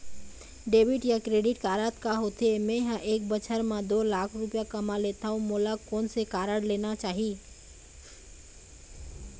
Debit या credit card का होथे, मे ह एक बछर म दो लाख रुपया कमा लेथव मोला कोन से कारड लेना चाही?